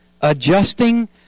adjusting